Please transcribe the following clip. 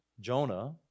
Jonah